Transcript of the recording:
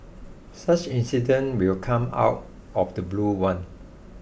such incidents will come out of the blue one